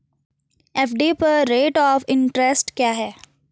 FD पर rate of interest क्या है?